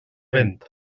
vent